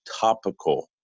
topical